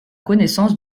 connaissance